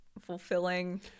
fulfilling